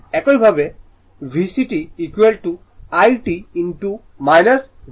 একইভাবে VC t i t j X C